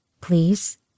Please